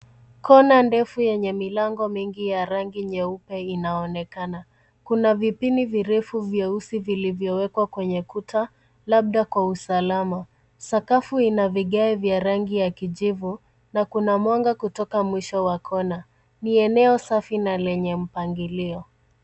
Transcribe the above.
Kona ndefu yenye milango mingi ya rangi nyeupe inaonekana. Kuna vipini virefu vyeusi vilivyowekwa kwenye kuta labda kwa usalama. Sakafu ina vigae vya rangi ya kijivu na kuna mwanga kutoka mwisho wa kona. Ni eneo safi na lenye mpangilio.